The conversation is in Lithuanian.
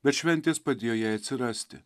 bet šventės padėjo jai atsirasti